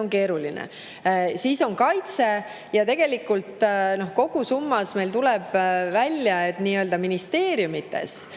on keeruline. Siis on kaitse[valdkond] ja tegelikult kogusummas tuleb välja, et nii-öelda ministeeriumites